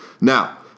Now